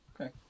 Okay